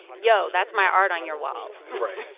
yo, that's my art on your walls right.